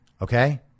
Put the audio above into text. okay